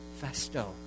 festo